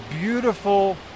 beautiful